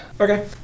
Okay